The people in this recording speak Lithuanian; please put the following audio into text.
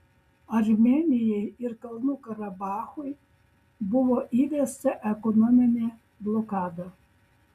armėnijai ir kalnų karabachui buvo įvesta ekonominė blokada